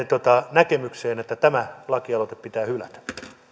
näkemykseen että tämä laki aloite pitää hylätä